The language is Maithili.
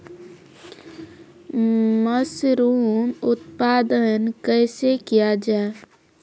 मसरूम उत्पादन कैसे किया जाय?